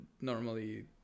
normally